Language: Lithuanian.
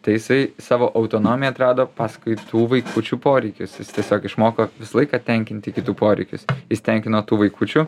tai jisai savo autonomiją atrado paskui tų vaikučių poreikius jis tiesiog išmoko visą laiką tenkinti kitų poreikius jis tenkino tų vaikučių